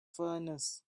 furnace